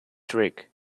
trick